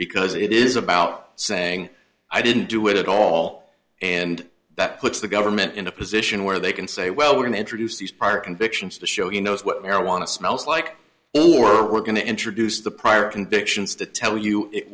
because it is about saying i didn't do it at all and that puts the government in a position where they can say well we're going to introduce these part convictions to show you know what marijuana smells like or we're going to introduce the prior convictions to tell you it